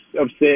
upset